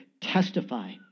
testify